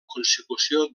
consecució